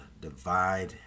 divide